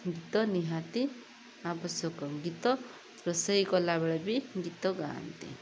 ଗୀତ ନିହାତି ଆବଶ୍ୟକ ଗୀତ ରୋଷେଇ କଲାବେଳେ ବି ଗୀତ ଗାଆନ୍ତି